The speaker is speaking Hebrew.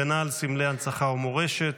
הגנה על סמלי הנצחה ומורשת),